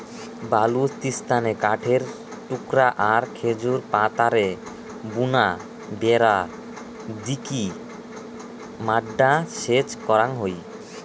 বালুচিস্তানে কাঠের টুকরা আর খেজুর পাতারে বুনা বেড়া দিকি মাড্ডা সেচ করাং হই